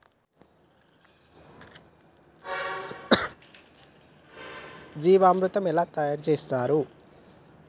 జీవామృతం ఎట్లా తయారు చేత్తరు?